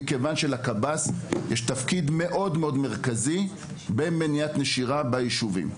מכיוון שלקב״ס יש תפקיד מאוד מאוד מרכזי במניעת נשירה בישובים.